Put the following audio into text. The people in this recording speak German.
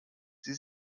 sie